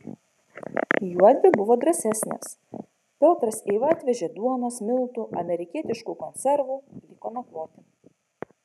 juodvi buvo drąsesnės piotras eiva atvežė duonos miltų amerikietiškų konservų liko nakvoti